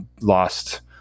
lost